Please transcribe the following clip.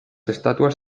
estatuas